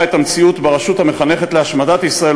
את המציאות שבה רשות המחנכת להשמדת ישראל,